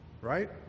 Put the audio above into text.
right